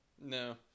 No